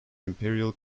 imperial